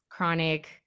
chronic